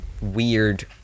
weird